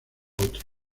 otro